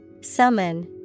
Summon